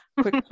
quick